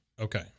Okay